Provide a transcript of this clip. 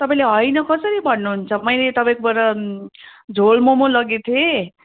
तपाईँले होइन कसरी भन्नु हुन्छ मैले तपाईँकोबाट झोल मम लगेको थिएँ